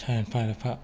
सानफा एफा